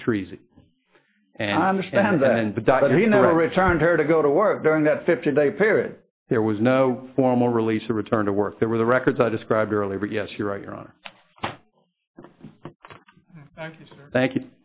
patrice and i understand that and the diet he never returned her to go to work during that fifteen day period there was no formal release to return to work there were the records i described earlier but yes you're right your honor thank you